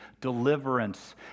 deliverance